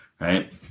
right